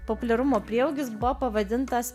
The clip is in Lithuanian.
populiarumo prieaugis buvo pavadintas